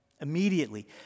Immediately